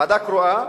ועדה קרואה,